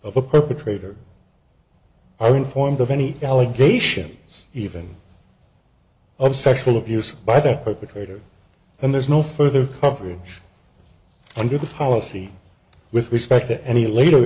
of a perpetrator are informed of any allegations even of sexual abuse by the perpetrator and there's no further coverage under the policy with respect to any later